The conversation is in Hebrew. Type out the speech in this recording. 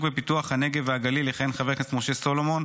ופיתוח הנגב והגליל יכהן חבר הכנסת משה סולומון,